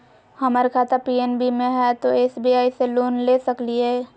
हमर खाता पी.एन.बी मे हय, तो एस.बी.आई से लोन ले सकलिए?